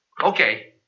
Okay